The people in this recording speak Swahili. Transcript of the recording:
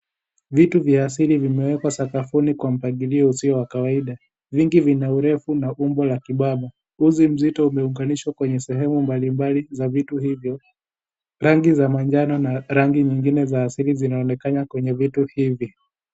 Vitu vya asili vimewekwa sakafuni kwa mpangilio usio wa kawaida. Vingi vina urefu na umbo la kibava uzi mzito umeunganishwa kwenye sehemu mbalimbali za vitu hivyo. Rangi za manjano na rangi zingine za asili zinaonekana kwenye vitu hivi.